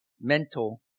mental